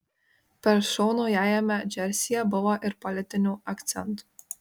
per šou naujajame džersyje buvo ir politinių akcentų